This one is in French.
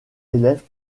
élèves